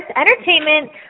entertainment